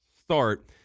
start